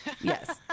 yes